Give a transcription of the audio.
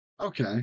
Okay